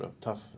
tough